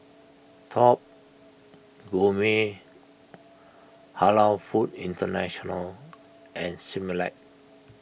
Top Gourmet Halal Foods International and Similac